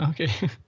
Okay